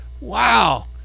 wow